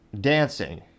Dancing